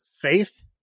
faith